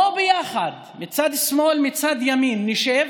בואו ביחד, מצד שמאל, מצד ימין, נשב.